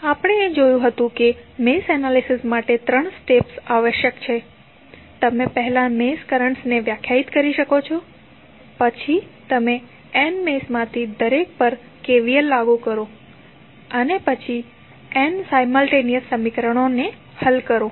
અને આપણે જોયું કે મેશ એનાલિસિસ માટે ત્રણ સ્ટેપ્સ આવશ્યક છે તમે પહેલા મેશ કરન્ટ્સને વ્યાખ્યાયિત કરી શકો છો પછી તમે n મેશ માંથી દરેક પર KVL લાગુ કરો અને પછી n સાયમલટેનીયસ સમીકરણો હલ કરો